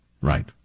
Right